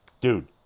dude